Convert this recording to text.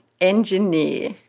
engineer